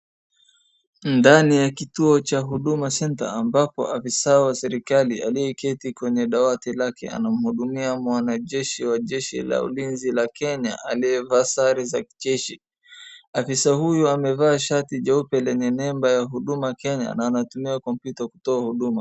Ndani ya kituo cha Huduma Centre ambapo afisa wa serikali aliyeketi kwenye dawati lake anamhudumia mwanajeshi wa jeshi la ulinzi la Kenya aliyevaa sare za kijeshi. Afisa huyu amevaa shati jeupe lenye nembo ya Huduma Kenya na anatumia kompyuta kutoa huduma.